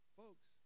folks